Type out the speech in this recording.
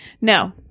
No